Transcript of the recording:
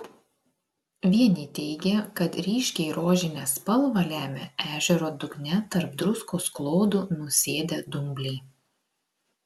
vieni teigė kad ryškiai rožinę spalvą lemia ežero dugne tarp druskos klodų nusėdę dumbliai